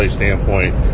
standpoint